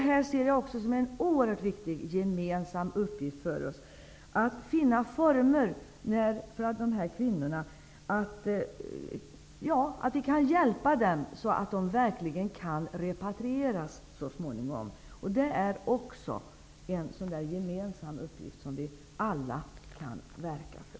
Jag ser också som en oerhört viktig gemensam uppgift för oss att finna former för dessa kvinnor att kunna repatrieras så småningom. Det är en uppgift som vi alla kan verka för.